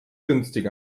günstiger